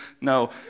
no